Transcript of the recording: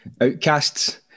outcasts